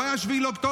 לא היה 7 באוקטובר,